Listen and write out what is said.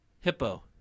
Hippo